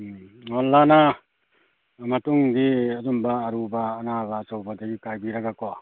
ꯎꯝ ꯃꯇꯨꯡꯗꯤ ꯑꯗꯨꯝꯕ ꯑꯔꯨꯕ ꯑꯅꯥꯕ ꯑꯆꯧꯕꯗꯒꯤ ꯀꯥꯏꯕꯤꯔꯒꯀꯣ